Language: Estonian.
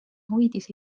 hoidis